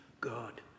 God